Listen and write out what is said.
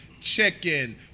chicken